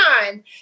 time